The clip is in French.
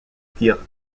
tire